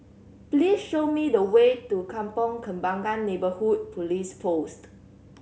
please show me the way to Kampong Kembangan Neighbourhood Police Post